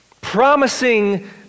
Promising